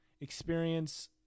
experience